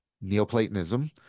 Neoplatonism